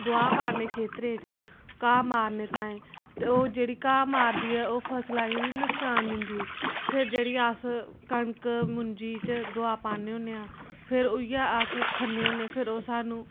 दवा पान्ने खेत्तरें च घाह् मारने ताईं ते ओह् जेह्ड़ी घाह् मारदी ऐ ओह् फसलै गी बी नसकान दिंदी फिर जेह्ड़ी अस कनक मुंजी च दवा पान्ने होन्ने आं फिर उ'ऐ अस खन्ने होने आं फिर ओह् सानूं